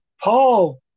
paul